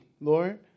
Lord